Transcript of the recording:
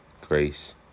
grace